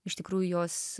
iš tikrų jos